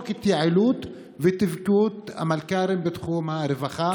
התייעלות ותפקוד של המלכ"רים בתחום הרווחה,